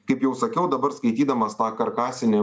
kaip jau sakiau dabar skaitydamas tą karkasinį